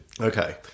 okay